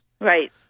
Right